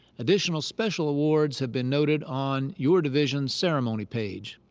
additional special awards have been noted on your division ceremony page.